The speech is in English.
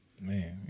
Man